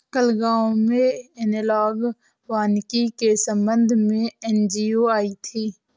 कल गांव में एनालॉग वानिकी के संबंध में एन.जी.ओ आई थी